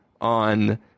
on